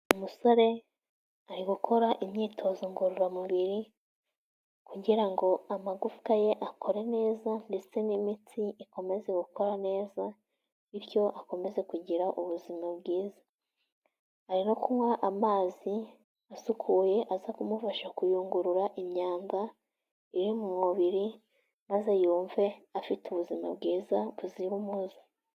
Umusore ari gukora imyitozo ngororamubiri kugira ngo amagufwa ye akore neza ndetse n'imitsi ikomeze gukora neza, bityo akomeze kugira ubuzima bwiza, ari no kunywa amazi asukuye aza kumufasha kuyungurura imyanda iri mu mubiri, maze yumve afite ubuzima bwiza buzira umuze.